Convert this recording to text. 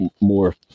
more